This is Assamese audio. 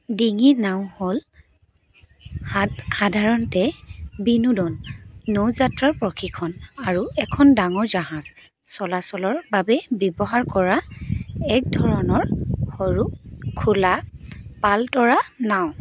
ডিংগি নাও হ'ল সাদা সাধাৰণতে বিনোদন নৌযাত্ৰাৰ প্ৰশিক্ষণ আৰু এখন ডাঙৰ জাহাজ চলাচলৰ বাবে ব্যৱহাৰ কৰা এক ধৰণৰ সৰু খোলা পালতৰা নাও